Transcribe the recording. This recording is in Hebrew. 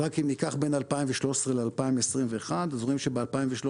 אז רק אם ניקח בין 2013 ל-2021 אז רואים שב-2013